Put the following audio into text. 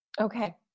Okay